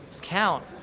count